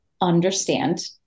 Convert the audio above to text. understand